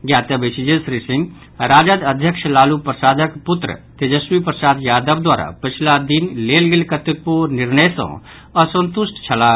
ज्ञातव्य अछि जे श्री सिंह राजद अध्यक्ष लालू प्रसादक पुत्र तेजस्वी प्रसाद यादव द्वारा पछिला दिन लेल गेल कतेको निर्णय सँ असंतुष्ट छलाह